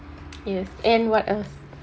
yes and what else